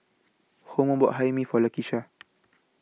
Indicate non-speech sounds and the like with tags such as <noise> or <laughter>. Homer bought Hae Mee For Lakesha <noise>